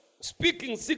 speaking